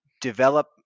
develop